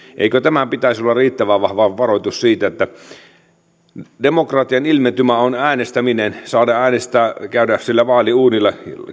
eikö tämän pitäisi olla riittävän vahva varoitus siitä että kun demokratian ilmentymä on äänestäminen saada äänestää käydä siellä vaaliuurnilla